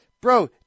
Bro